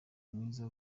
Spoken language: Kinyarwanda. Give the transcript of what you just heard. mwiza